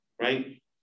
Right